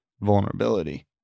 vulnerability